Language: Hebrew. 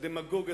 הדמגוג הזה: